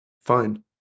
Fine